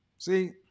See